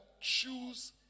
choose